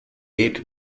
eight